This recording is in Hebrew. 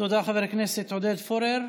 תודה, חבר הכנסת עודד פורר.